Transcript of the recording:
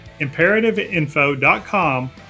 imperativeinfo.com